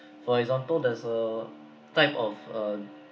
for example there's a type of a